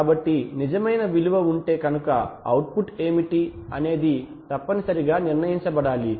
కాబట్టి నిజమైన విలువ ఉంటే కనుక అవుట్పుట్ ఏమిటి అనేది తప్పనిసరిగా నిర్ణయించబడాలి